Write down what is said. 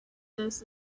this